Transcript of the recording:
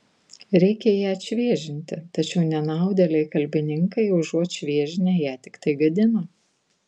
reikia ją atšviežinti tačiau nenaudėliai kalbininkai užuot šviežinę ją tiktai gadina